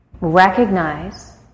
recognize